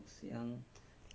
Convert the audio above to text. ya